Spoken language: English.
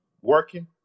working